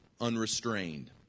unrestrained